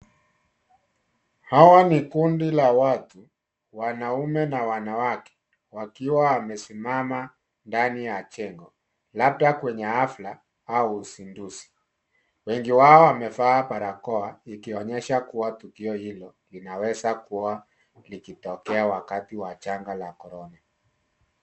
Hawa ni kundi la watu, wanaume na wanawake wakiwa wamesimama ndani ya jengo labda kwenye hafla au uzinduzi. Wengi wao wamevalia barakoa ikionyesha kuwa tukio hili linaweza kuwa likitokea wakati wa janga la corona.